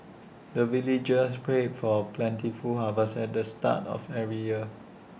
the villagers pray for plentiful harvest at the start of every year